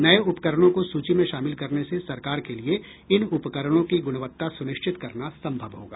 नये उपकरणों को सूची में शामिल करने से सरकार के लिए इन उपकरणों की गुणवत्ता सुनिश्चित करना संभव होगा